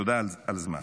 תודה על הזמן.